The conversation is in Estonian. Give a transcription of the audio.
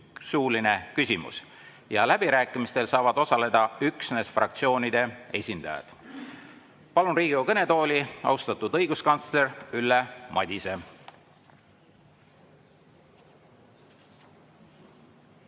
suuline küsimus. Läbirääkimistel saavad osaleda üksnes fraktsioonide esindajad. Palun Riigikogu kõnetooli austatud õiguskantsleri Ülle Madise!